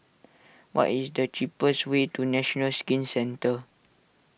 what is the cheapest way to National Skin Centre